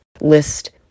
List